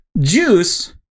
juice